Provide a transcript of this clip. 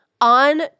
on